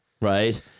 right